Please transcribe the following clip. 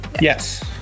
Yes